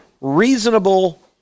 reasonable